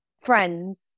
friends